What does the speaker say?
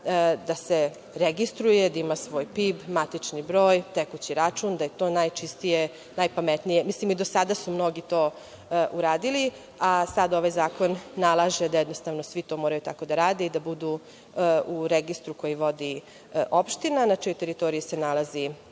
da se registruje, da ima svoj PIB, matični broj, tekući račun, da je to najčistije, najpametnije. Mislim, i do sada su mnogi to uradili, a sada ovaj zakon nalaže da svi to moraju da rade i da budu u registru koji vodi opština na čijoj teritoriji se nalazi